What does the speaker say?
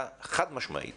חד-משמעית